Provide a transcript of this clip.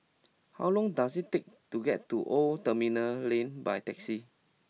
how long does it take to get to Old Terminal Lane by taxi